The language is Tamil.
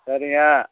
சரிங்க